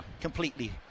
completely